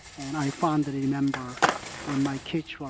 and i fondly remember when my kids